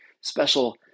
special